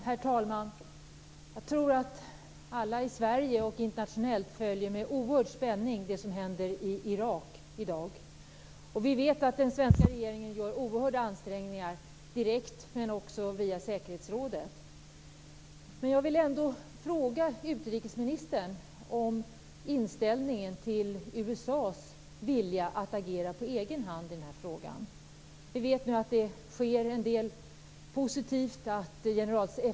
Herr talman! Jag tror att alla i Sverige och internationellt med oerhörd spänning följer det som händer i Irak i dag. Vi vet att den svenska regeringen gör oerhörda ansträngningar direkt och via säkerhetsrådet. Men jag vill ändå fråga utrikesministern om inställningen till USA:s vilja att agera på egen hand i den här frågan. Vi vet att det nu händer en del positiva saker.